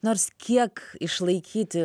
nors kiek išlaikyti